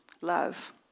love